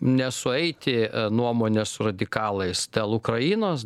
nesueiti nuomonė su radikalais dėl ukrainos